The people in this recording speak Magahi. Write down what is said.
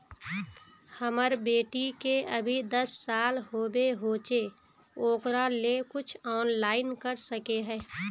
हमर बेटी के अभी दस साल होबे होचे ओकरा ले कुछ ऑनलाइन कर सके है?